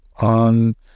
on